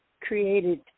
created